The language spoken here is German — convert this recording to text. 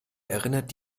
erinnert